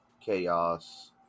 Chaos